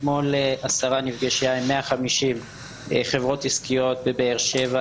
אתמול השרה נפגשה עם 150 חברות עסקיות בבאר שבע,